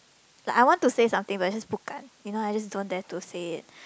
like I want to say something but it's just 不敢 you know I just don't dare to say it